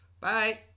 Bye